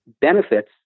benefits